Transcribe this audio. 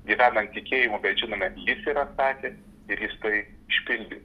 gyvenam tikėjimu kad žinome jis yra sakęs ir jis tai išpildė